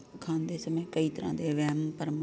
ਖਾਂਦੇ ਸਮੇਂ ਕਈ ਤਰ੍ਹਾਂ ਦੇ ਵਹਿਮ ਭਰਮ